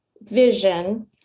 vision